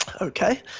Okay